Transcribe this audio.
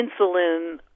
insulin